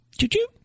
choo-choo